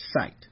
sight